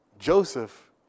Joseph